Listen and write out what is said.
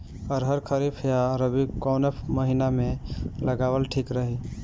अरहर खरीफ या रबी कवने महीना में लगावल ठीक रही?